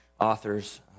authors